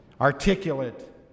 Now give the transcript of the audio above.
articulate